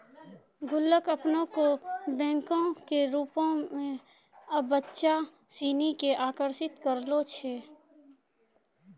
गुल्लक अपनो बैंको के रुपो मे बच्चा सिनी के आकर्षित करै छै